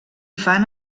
fan